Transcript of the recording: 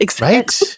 right